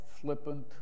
flippant